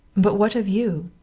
but what of you?